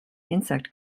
insect